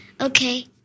Okay